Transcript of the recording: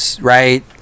right